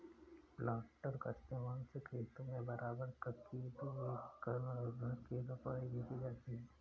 planter का इस्तेमाल से खेतों में बराबर ककी दूरी पर पौधा की रोपाई भी की जाती है